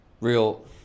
real